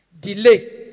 Delay